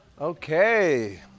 Okay